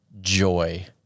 joy